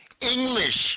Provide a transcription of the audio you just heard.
English